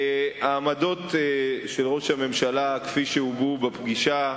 העמדות של ראש הממשלה כפי שהובעו בפגישה,